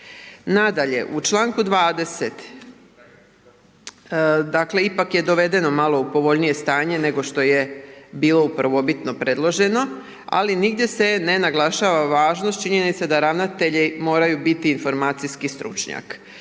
Nadalje, u članku 20. dakle ipak je dovedeno malo u povoljnije stanje nego što je bilo prvobitno predloženo ali nigdje se ne naglašava važnost činjenice da ravnatelji moraju biti informacijski stručnjak.